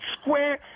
square